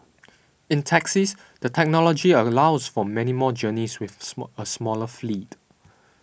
in taxis the technology allows for many more journeys with a smaller fleet